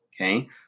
okay